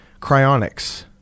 cryonics